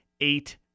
eight